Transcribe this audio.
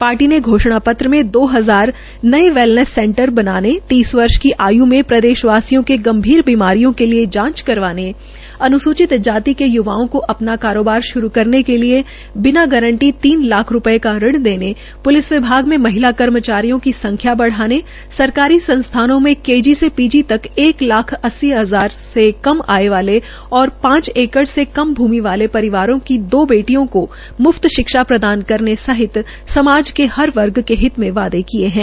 party ने घोषणा पत्र में दो हजार नए वेलनेंस सेंटरर्स बनाने तीस वर्ष की आय् में प्रदेश वासियों के गंभीर बीमारियों के लिए जांच करवाने अनुसूचित वर्ग के युवाओं को अपना कारोबार शुरू करने के लिए बिना गारंटी तीन लाख रूपये की ऋण देने पूलिस विभाग में महिला कर्मचारियों की संख्या बढ़ाने सरकारी सस्थानों में के जी से पीजी तक एक लाख अस्सी हजार से कम आय और पांच एकड़ से कम भूमि वाले परिवारों की दो बेटियों को मुफत शिक्षा प्रदान करने सहित समाज के हर वर्ग के हित वायदे कियेहै